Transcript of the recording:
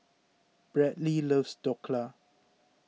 Bradly loves Dhokla